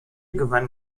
gewann